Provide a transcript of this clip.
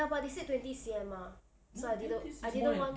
ya but they said twenty C_M mah so I didn't I didn't want